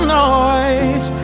noise